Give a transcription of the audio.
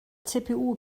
cpu